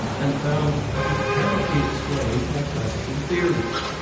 and found that it cannot be explained by classical theories.